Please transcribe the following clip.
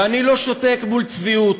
ואני לא שותק מול צביעות,